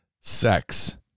sex